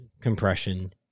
compression